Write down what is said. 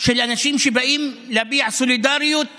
של אנשים שבאים להביע סולידריות